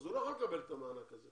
הוא לא יכול לקבל את המענק הזה.